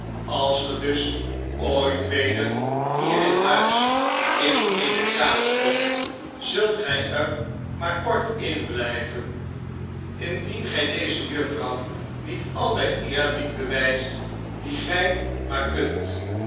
als ge dus ooit weder hier in huis in eene kamer komt zult gij er maar kort in blijven indien gij deze juffrouw niet alien eerbied bewijst dien gij maarkunt het